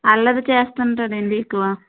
అల్లరి చేస్తుంటాడండి ఎక్కువ